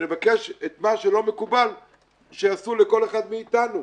שנבקש את מה שלא מקובל שיעשו לכל אחד מאיתנו.